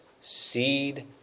seed